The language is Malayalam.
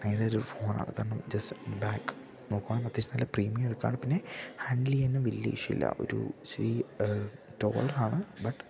അതൊരു ഫോണാണ് കാരണം ജെസ്റ്റ് ബാക്ക് നോക്കുവാ അത്യാവശ്യം നല്ല പ്രീമിയം ലുക്കാണ് പിന്നെ ഹാൻഡ്ലെയ്യാനും വല്യ ഇഷ്യു ഇല്ല ഒരു ശെരി ടോൾ ആണ് ബട്ട്